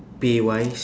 pay-wise